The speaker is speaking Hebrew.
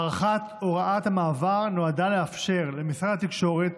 הארכת הוראת המעבר נועדה לאפשר למשרד התקשורת